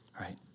right